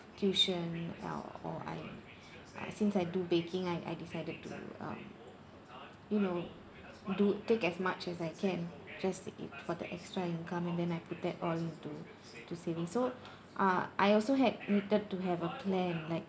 tuition or I uh since I do baking I I decided to um you know do take as much as I can just it for the extra income and then I put that all into to saving so uh I also had written to have a plan like